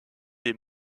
des